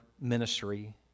ministry